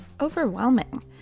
overwhelming